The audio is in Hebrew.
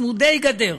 צמודי גדר.